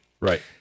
Right